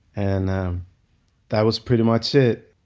and that was pretty much it